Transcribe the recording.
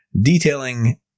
detailing